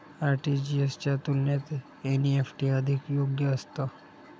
RTGS च्या तुलनेत NEFT अधिक योग्य असतं